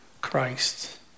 Christ